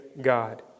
God